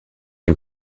you